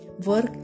work